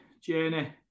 Journey